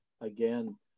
again